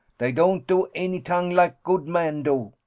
dey don't do anytang like good man do.